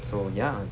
so ya